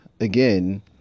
again